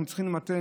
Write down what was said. אנחנו צריכים למתן,